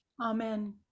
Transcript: Amen